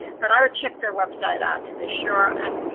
but i would check their website out to be sure. um